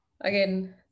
again